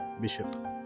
Bishop